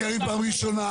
גלעד קריב, פעם ראשונה.